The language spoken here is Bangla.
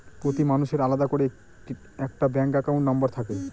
প্রতি মানুষের আলাদা করে একটা ব্যাঙ্ক একাউন্ট নম্বর থাকে